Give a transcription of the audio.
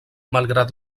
malgrat